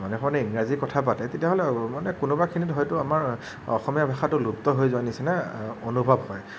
সমানে সমানে ইংৰাজী কথা পাতে তেতিয়াহ'লে কোনোবাখিনিত হয়তু আমাৰ অসমীয়া ভাষাটো লুপ্ত হৈ যোৱাৰ নিচিনা অনুভৱ হয়